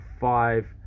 five